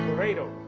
corrido